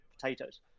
potatoes